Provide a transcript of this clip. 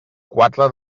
quatre